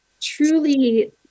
truly